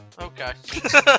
Okay